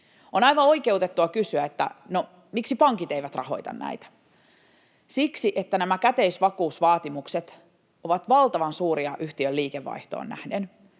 On aivan oikeutettua kysyä, että ”no, miksi pankit eivät rahoita näitä”. Siksi, että nämä käteisvakuusvaatimukset ovat valtavan suuria yhtiön liikevaihtoon nähden